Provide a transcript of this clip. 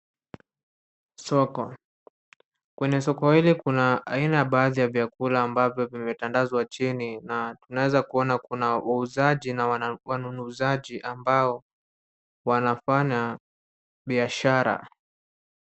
Soko kwenye soko hili kuna aina baadhi ya vyakula ambavyo vimetandazwa chini na tunaeza kuona kuna wauzaji na wanunuzaji ambao wanafanya biashara.